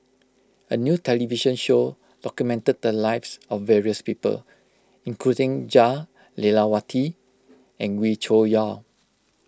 a new television show documented the lives of various people including Jah Lelawati and Wee Cho Yaw